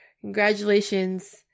congratulations